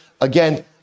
Again